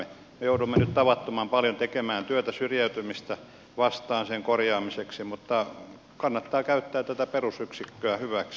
me joudumme nyt tavattoman paljon tekemään työtä syrjäytymistä vastaan sen korjaamiseksi mutta kannattaa käyttää tätä perusyksikköä koteja hyväksi